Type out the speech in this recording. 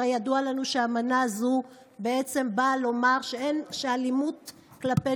הרי ידוע לנו שאמנה זו בעצם באה לומר שאלימות כלפי